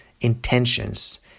intentions